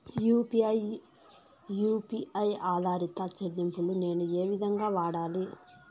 UPI U P I ఆధారిత చెల్లింపులు నేను ఏ విధంగా వాడాలి?